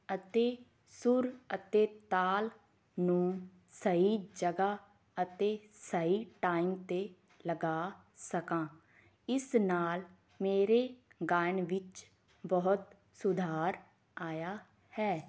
ਅਤੇ ਸੁਰ ਅਤੇ ਤਾਲ ਨੂੰ ਸਹੀ ਜਗ੍ਹਾ ਅਤੇ ਸਹੀ ਟਾਈਮ 'ਤੇ ਲਗਾ ਸਕਾਂ ਇਸ ਨਾਲ ਮੇਰੇ ਗਾਇਨ ਵਿੱਚ ਬਹੁਤ ਸੁਧਾਰ ਆਇਆ ਹੈ